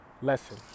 lesson